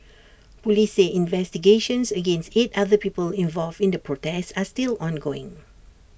Police say investigations against eight other people involved in the protest are still ongoing